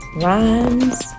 rhymes